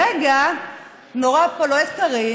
ולרגע אני לא רואה פה לא את קארין,